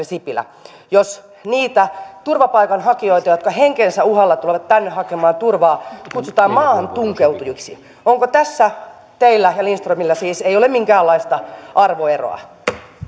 sipilä jos niitä turvapaikanhakijoita jotka henkensä uhalla tulevat tänne hakemaan turvaa kutsutaan maahantunkeutujiksi onko siis niin että tässä teillä ja lindströmillä ei ole minkäänlaista arvoeroa